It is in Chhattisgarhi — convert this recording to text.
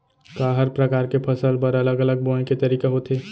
का हर प्रकार के फसल बर अलग अलग बोये के तरीका होथे?